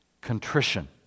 contrition